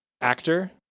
actor